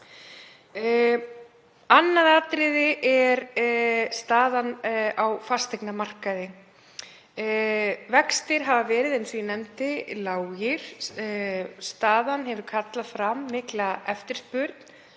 Annað atriði er staðan á fasteignamarkaði. Vextir hafa verið lágir, eins og ég nefndi, staðan hefur kallað fram mikla eftirspurn